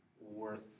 worth